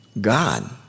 God